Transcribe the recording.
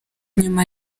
nyuma